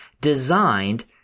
designed